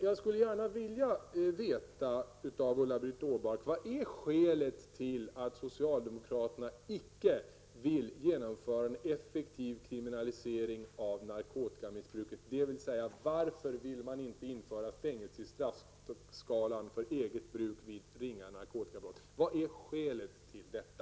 Jag skulle gärna vilja veta av Ulla-Britt Åbark: Vad är skälet till att socialdemokraterna inte vill genomföra en effektiv kriminalisering av narkotikamissbruket, dvs. varför vill man inte införa fängelse i straffskalan för eget bruk vid ringa narkotikabrott? Vad är skälet till detta?